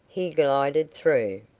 he glided through.